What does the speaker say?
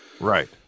right